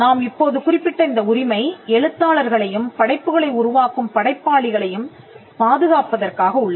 நாம் இப்போது குறிப்பிட்ட இந்த உரிமை எழுத்தாளர்களையும் படைப்புகளை உருவாக்கும் படைப்பாளிகளையும் பாதுகாப்பதற்காக உள்ளது